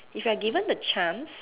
if you are given the chance